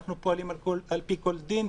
אנחנו פועלים על פי כל דין,